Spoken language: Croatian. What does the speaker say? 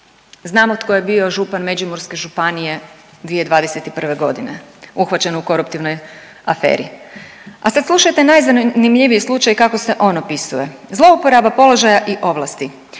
Znamo tko je bio župan Međimurske županije 2021.g. uhvaćen u koruptivnoj aferi. A sad slušajte najzanimljiviji slučaj kako se on opisuje. Zlouporaba položaja i ovlasti,